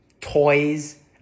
Toys